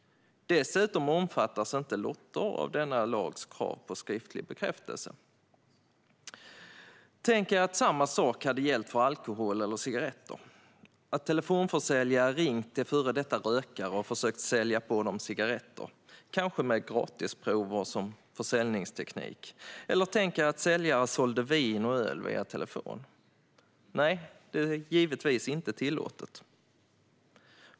Dessutom omfattas inte lotter av denna lags krav på skriftlig bekräftelse. Tänk er om samma sak skulle gälla för alkohol eller cigaretter. Tänk er att telefonförsäljare skulle ringa till före detta rökare och försöka sälja på dem cigaretter, kanske med gratisprover som försäljningsteknik. Eller tänk er att säljare skulle sälja vin och öl via telefon. Nej, det är givetvis inte tillåtet.